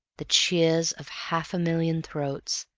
the cheers of half a million throats,